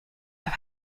have